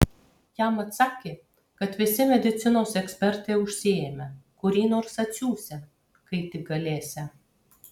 jam atsakė kad visi medicinos ekspertai užsiėmę kurį nors atsiųsią kai tik galėsią